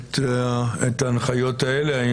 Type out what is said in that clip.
את ההנחיות האלה.